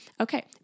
Okay